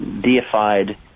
deified